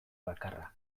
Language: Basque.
bakarra